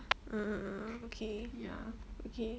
um okay okay